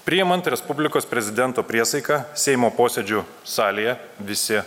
priimant respublikos prezidento priesaiką seimo posėdžių salėje visi